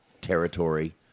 territory